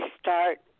start